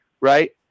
right